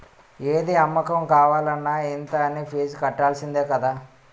ఏది అమ్మకం కావాలన్న ఇంత అనీ ఫీజు కట్టాల్సిందే కదా